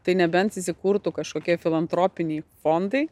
tai nebent įsikurtų kažkokie filantropiniai fondai